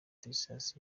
texas